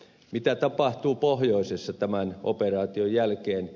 mitä tapahtuu pohjoisessa tämän operaation jälkeen